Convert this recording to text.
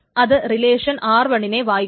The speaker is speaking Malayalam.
അത് റിലേഷൻ r1 നെ വായിക്കുന്നു